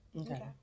Okay